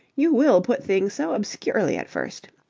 you will put things so obscurely at first.